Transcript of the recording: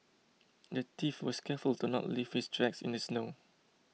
the thief was careful to not leave his tracks in the snow